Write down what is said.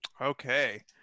Okay